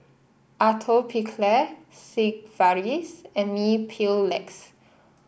Atopiclair Sigvaris and Mepilex